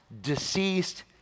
deceased